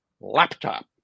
laptop